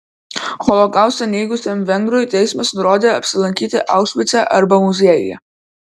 holokaustą neigusiam vengrui teismas nurodė apsilankyti aušvice arba muziejuje